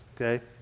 okay